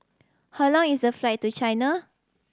how long is a flight to China